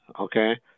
okay